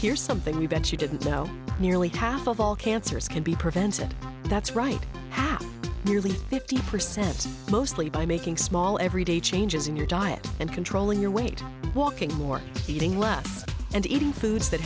here something you bet you didn't know nearly half of all cancers can be prevented that's right fifty percent mostly by making small everyday changes in your diet and controlling your weight walking more eating less and eating foods that